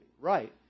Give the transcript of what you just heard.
Right